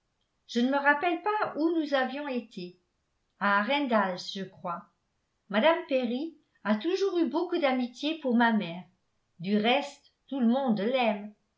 je ne me rappelle pas où nous avions été à randalls je crois mme perry a toujours eu beaucoup d'amitié pour ma mère du reste tout le monde l'aime